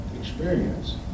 experience